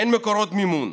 אין מקורות מימון,